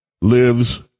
lives